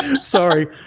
sorry